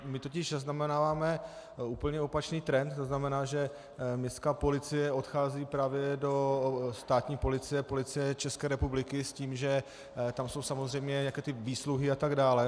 My totiž zaznamenáváme úplně opačný trend, to znamená, že městská policie odchází právě do státní policie, Policie České republiky, s tím, že tam jsou samozřejmě nějaké ty výsluhy atd.